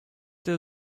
der